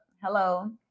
Hello